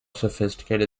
sophisticated